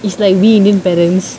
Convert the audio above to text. it's like we indian parents